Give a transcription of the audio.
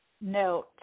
note